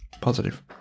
Positive